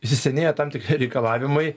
įsisenėję tam tikri reikalavimai